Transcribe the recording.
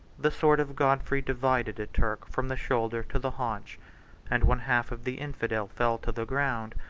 the sword of godfrey divided a turk from the shoulder to the haunch and one half of the infidel fell to the ground,